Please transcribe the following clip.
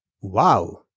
Wow